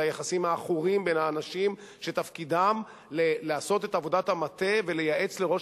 את היחסים העכורים בין האנשים שתפקידם לעשות את עבודת המטה ולייעץ לראש